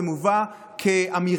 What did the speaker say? זה מובא כאמירה,